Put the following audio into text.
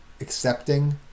accepting